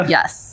Yes